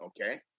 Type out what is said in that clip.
Okay